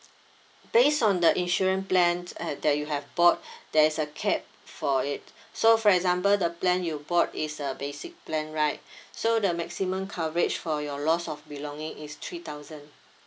based on the insurance plans uh that you have bought there is a cap for it so for example the plan you bought is a basic plan right so the maximum coverage for your loss of belonging is three thousand